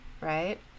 right